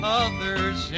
others